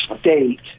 State